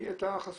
היא הייתה חסומה.